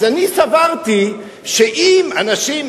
אז אני סברתי שאם אנשים,